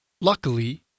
Luckily